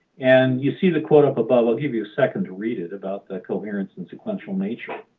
and you see the quote up above i'll give you a second to read it about the coherence and sequential nature.